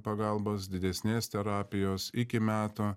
pagalbos didesnės terapijos iki metų